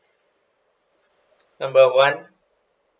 number one